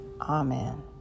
Amen